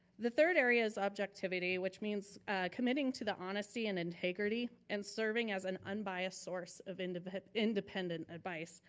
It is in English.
the third area's objectivity, which means committing to the honesty and integrity, and serving as an unbiased source of and of independent advise,